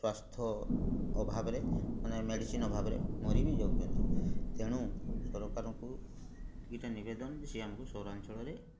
ସ୍ୱାସ୍ଥ୍ୟ ଅଭାବରେ ମାନେ ମେଡ଼ିସିନ୍ ଅଭାବରେ ମରିବି ଯାଉଛନ୍ତି ତେଣୁ ସରକାରଙ୍କୁ ଏତିକିଟା ନିବେଦନ ଯେ ସେ ଆମକୁ ସହରାଞ୍ଚଳରେ